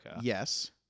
Yes